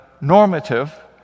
normative